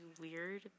weird